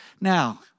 Now